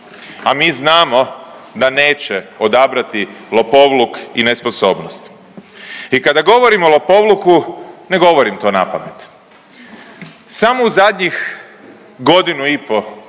a mi znamo da neće odabrati lopovluk i nesposobnost. I kada govorim o lopovluku ne govorim to na pamet. Samo u zadnjih godinu i pol,